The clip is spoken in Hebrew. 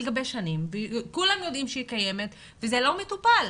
גבי שנים וכולם יודעים שהיא קיימת וזה לא מטופל.